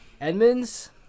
Edmonds